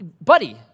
Buddy